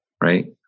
right